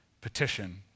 petition